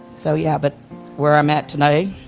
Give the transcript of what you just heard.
so yeah. but where i'm at today,